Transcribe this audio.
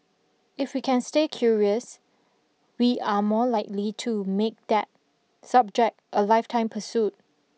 if we can stay curious we are more likely to make that subject a lifetime pursuit